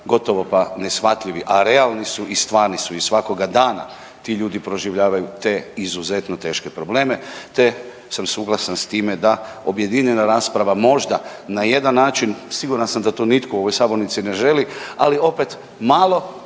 gotovo pa neshvatljivi, a realni su i stvarni su i svakoga dana ti ljudi proživljavaju te izuzetno teške probleme, te sam suglasan s time da objedinjena rasprava možda na jedan način, siguran sam da to nitko u ovoj sabornici ne želi, ali opet malo